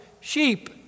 sheep